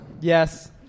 Yes